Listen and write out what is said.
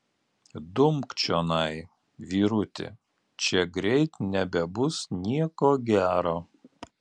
dumk čionai vyruti čia greit nebebus nieko gero